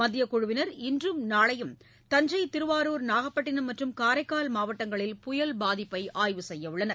மத்தியக் குழுவினர் இன்றும் நாளையும் தஞ்சை திருவாரூர் நாகப்பட்டினம் மற்றும் காரைக்கால் மாவட்டங்களில் புயல் பாதிப்பை ஆய்வு செய்ய உள்ளனர்